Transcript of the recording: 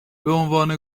بعنوان